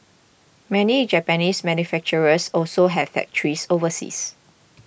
many Japanese manufacturers also have factories overseas